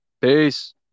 Peace